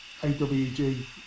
AWG